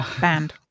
banned